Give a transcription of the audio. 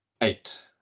eight